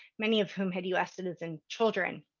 many of whom had us citizen children.